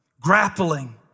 Grappling